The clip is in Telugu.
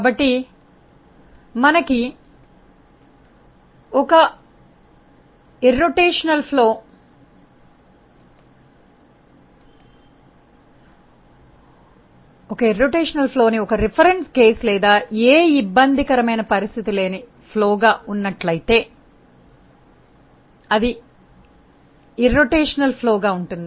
కాబట్టి మేము ఒక భ్రమణ ప్రవాహాన్ని ఒక సూచన కేస్ గా లేదా ఏ ఇబ్బందికరమైన పరిస్థితి లేని ప్రవాహంగా ఉన్నట్లయితే అది ఒక భ్రమణ రహిత ప్రవాహం గా ఉంటుంది